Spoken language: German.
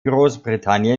großbritannien